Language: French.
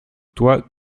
toi